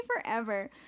forever